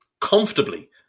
Comfortably